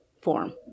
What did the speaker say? form